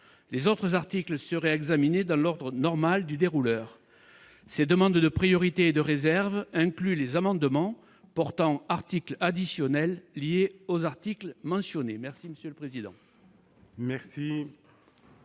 Les autres articles seraient examinés dans l'ordre normal du dérouleur. Cette demande de priorité et de réserve inclut les amendements portant articles additionnels liés aux articles mentionnés. Je suis donc